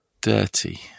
dirty